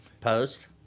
Post